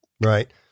Right